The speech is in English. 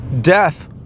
death